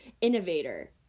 innovator